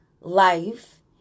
life